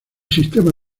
sistema